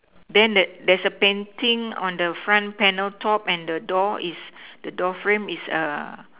then that there's a painting on the front panel top and the door is the door frame is a